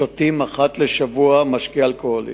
שותים אחת לשבוע משקה אלכוהולי.